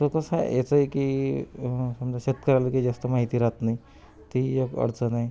तर कसं आहे ह्याचं आहे की समजा शेतकऱ्याला काही जास्त माहिती राहत नाही ती एक अडचण आहे